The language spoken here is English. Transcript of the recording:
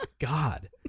God